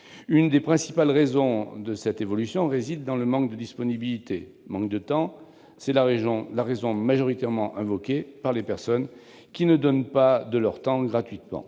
L'une des principales raisons de cette évolution réside dans le manque de disponibilité : le manque de temps est majoritairement invoqué par les personnes qui ne donnent pas de leur temps gratuitement.